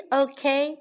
okay